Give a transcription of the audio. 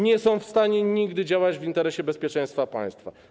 Nie są w stanie nigdy działać w interesie bezpieczeństwa państwa.